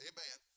Amen